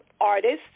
artists